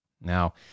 Now